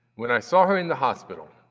when i saw her in the hospital,